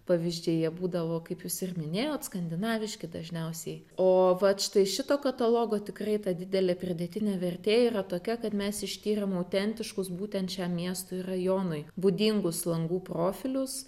pavyzdžiai jie būdavo kaip jūs ir minėjot skandinaviški dažniausiai o vat štai šito katalogo tikrai ta didelė pridėtinė vertė yra tokia kad mes ištyrėm autentiškus būtent šiam miestui ir rajonui būdingus langų profilius